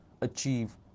achieve